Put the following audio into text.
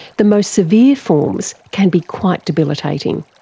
the most severe forms can be quite debilitating.